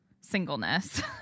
singleness